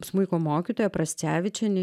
smuiko mokytoja prascevičienė